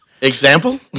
Example